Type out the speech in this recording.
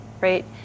right